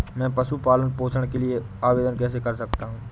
मैं पशु पालन पोषण के लिए आवेदन कैसे कर सकता हूँ?